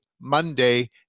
Monday